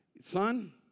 son